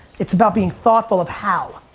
it's about being thoughtful of how.